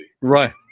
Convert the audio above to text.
Right